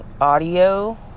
audio